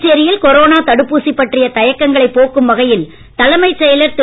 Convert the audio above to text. புதுச்சேரியில் கொரோனா தடுப்பூசி பற்றிய தயக்கங்களைப் போக்கும் வகையில் தலைமைச் செயலர் திரு